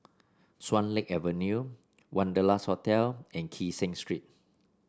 Swan Lake Avenue Wanderlust Hotel and Kee Seng Street